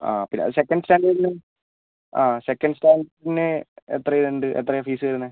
ആ പിന്നെ അത് സെക്കൻ്റ് സ്റ്റാൻ്റേർഡിൽ ആ സെക്കൻ്റ് സ്റ്റാൻ്റേർഡിന് എത്രയുണ്ട് എത്രയാണ് ഫീസ് വരുന്നത്